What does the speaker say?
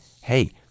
Hey